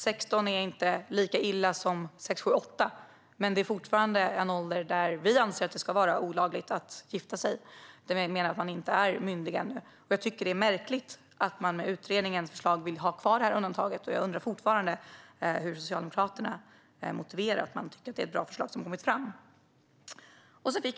Det är inte lika illa med 16 som med 6, 7 eller 8, men det är fortfarande en ålder då det enligt oss ska vara olagligt att gifta sig eftersom man ännu inte är myndig. Jag tycker att det är märkligt att utredningens förslag är att ha kvar detta undantag, och jag undrar fortfarande hur Socialdemokraterna motiverar att de tycker att förslagen som har kommit fram är bra.